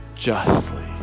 justly